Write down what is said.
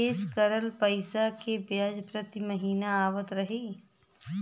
निवेश करल पैसा के ब्याज प्रति महीना आवत रही?